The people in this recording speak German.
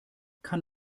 kann